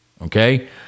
Okay